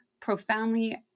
profoundly